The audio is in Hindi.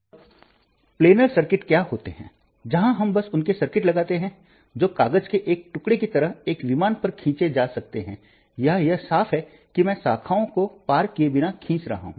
अब प्लेनर सर्किट क्या होते हैं जहां हम बस उनके सर्किट लगाते हैं जो कागज के एक टुकड़े की तरह एक विमान पर खींचे जा सकते हैं या यह साफ है कि मैं शाखाओं को पार किए बिना खींच रहा हूं